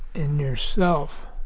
in yourself.